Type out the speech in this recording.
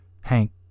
Hank